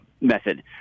method